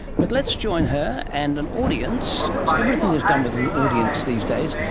but let's join her and an audience, because everything is done with an audience these days,